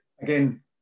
again